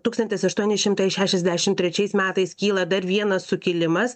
tūkstantis aštuoni šimtai šešiasdešimt trečiais metais kyla dar vienas sukilimas